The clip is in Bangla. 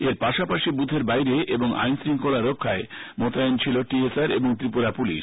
এর পাশাপাশি বুখের বাইরে এবং আইন শৃঙ্খলা রক্ষায় মোতায়েন ছিল টিএসআর এবং ত্রিপুরা পুলিশ